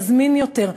מזמין יותר,